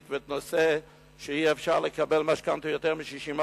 וגם את זה שאי-אפשר לקבל משכנתה של יותר מ-60%.